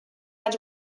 anys